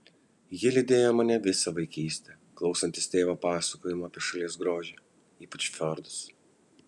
ji lydėjo mane visą vaikystę klausantis tėvo pasakojimų apie šalies grožį ypač fjordus